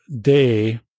day